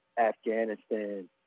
Afghanistan